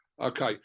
Okay